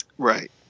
Right